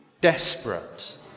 desperate